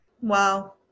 Wow